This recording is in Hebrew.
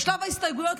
בשלב ההסתייגויות,